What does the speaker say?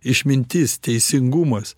išmintis teisingumas